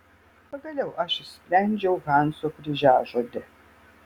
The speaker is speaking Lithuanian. pagaliau aš išsprendžiau hanso kryžiažodį